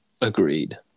Agreed